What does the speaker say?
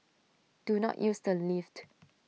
do not use the lift